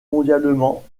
mondialement